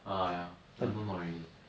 ah ya that no not really